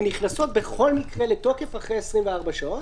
הן נכנסות בכל מקרה לתוקף אחרי 24 שעות,